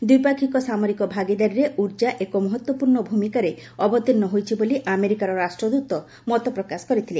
ଦିପାଷିକ ସାମରିକ ଭାଗିଦାରୀରେ ଉର୍ଜା ଏକ ମହତ୍ତପ୍ରର୍ଷ ଭୂମିକାରେ ଅବତୀର୍ଷ ହୋଇଛି ବୋଲି ଆମେରିକାର ରାଷ୍ଟ୍ରଦୃତ ମତପ୍ରକାଶ କରିଥିଲେ